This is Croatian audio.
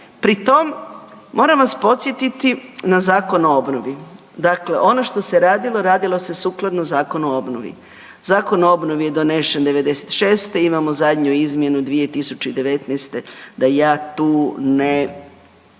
Pri tom, moram vas podsjetiti na Zakon o obnovi. Dakle, ono što se radilo, radilo se sukladno Zakonu o obnovi. Zakon o obnovi je donešen '96., imam zadnju izmjenu 2019. da ja tu ne,